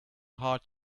heart